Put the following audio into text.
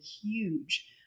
huge